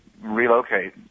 relocate